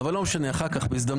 לא משנה, אחר כך, בהזדמנות.